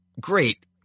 Great